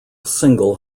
single